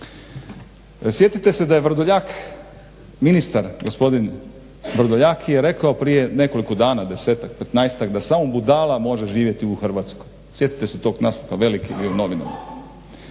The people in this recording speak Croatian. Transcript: Sjetite se da je Vrdoljak ministar gospodin Vrdoljak je rekao prije nekoliko dana, 10-tak, 15-tak, da samo budala može živjeti u Hrvatskoj. Sjetite se tog naslova, veliki je bio